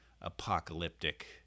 apocalyptic